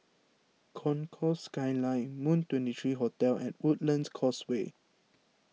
Concourse Skyline Moon twenty three Hotel and Woodlands Causeway